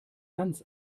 ganz